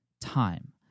time